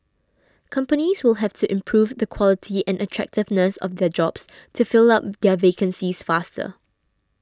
companies will have to improve the quality and attractiveness of their jobs to fill up their vacancies faster